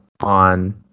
on